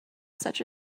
such